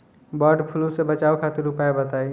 वड फ्लू से बचाव खातिर उपाय बताई?